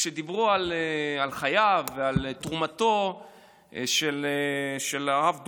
כשדיברו על חייו ועל תרומתו של הרב דרוקמן,